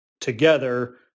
together